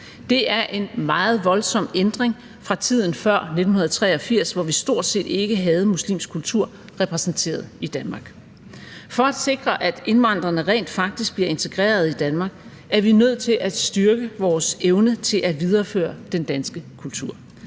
Det er en meget voldsom ændring fra tiden før 1983, hvor vi stort set ikke havde muslimsk kultur repræsenteret i Danmark. For at sikre, at indvandrerne rent faktisk bliver integreret i Danmark, er vi nødt til at styrke vores evne til at videreføre den danske kultur.